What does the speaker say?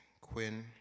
Quinn